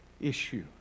issue